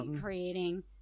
creating